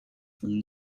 from